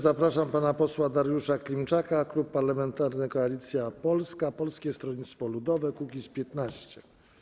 Zapraszam pana posła Dariusza Klimczaka, Klub Parlamentarny Koalicja Polska - Polskie Stronnictwo Ludowe - Kukiz15.